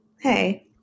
Hey